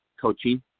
coaching